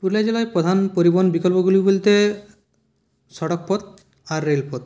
পুরুলিয়া জেলায় প্রধান পরিবহন বিকল্পগুলি বলতে সড়কপথ আর রেলপথ